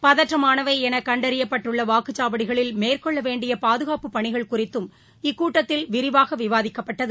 பதற்றமானவை என கண்டறியப்பட்டுள்ள வாக்குச்சாவடிகளில் மேற்கொள்ள வேண்டிய பாதுகாப்பு பணிகள் குறித்தும் இக்கூட்டத்தில் விரிவாக விவாதிக்கப்பட்டது